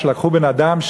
שלקחו אדם,